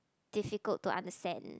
difficult to understand